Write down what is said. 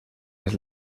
les